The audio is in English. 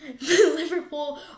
Liverpool